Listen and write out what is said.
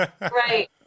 Right